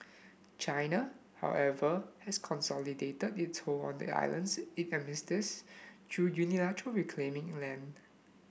China however has consolidated its hold on the islands it administers through unilaterally reclaiming land